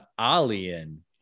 Alien